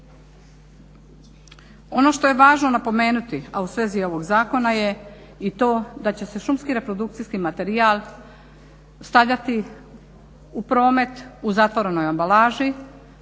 Ono što je važno napomenuti, a u svezi je ovog zakona, i to da će se šumski reprodukcijski materijal stavljati u promet u zatvorenoj ambalaži